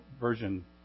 version